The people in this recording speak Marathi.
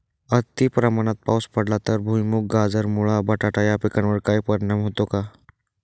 अतिप्रमाणात पाऊस पडला तर भुईमूग, गाजर, मुळा, बटाटा या पिकांवर काही परिणाम होतो का?